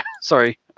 Sorry